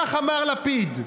כך אמר לפיד,